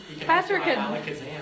Patrick